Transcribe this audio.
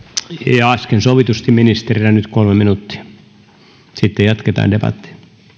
ja äsken sovitusti ministerille nyt kolme minuuttia sitten jatketaan debattia